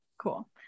cool